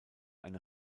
eine